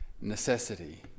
necessity